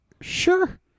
sure